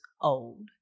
old